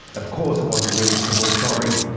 of course, it wasn't really simple, sorry.